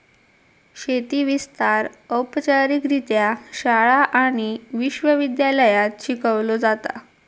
शेती विस्तार औपचारिकरित्या शाळा आणि विश्व विद्यालयांत शिकवलो जाता